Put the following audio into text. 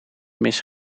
mis